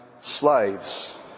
slaves